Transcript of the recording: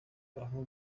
aho